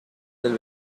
del